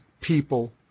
people